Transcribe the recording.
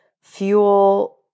fuel